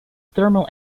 thermal